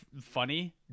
funny